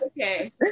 Okay